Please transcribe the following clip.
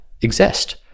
exist